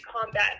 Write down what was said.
combat